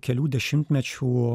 kelių dešimtmečių